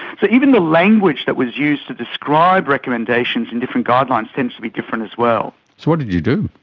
so even the language that was used to describe recommendations and different guidelines tends to be different as well. so what did you do?